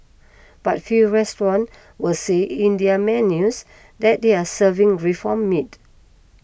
but few restaurants will say in their menus that they are serving reformed meat